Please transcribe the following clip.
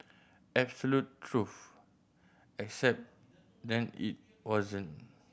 absolute truth except then it wasn't